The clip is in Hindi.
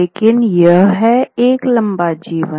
लेकिन यह है एक लंबा जीवन